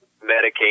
medicate